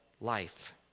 life